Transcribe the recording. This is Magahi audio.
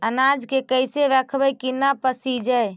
अनाज के कैसे रखबै कि न पसिजै?